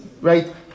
right